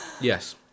Yes